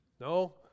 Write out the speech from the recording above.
No